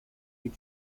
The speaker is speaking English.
join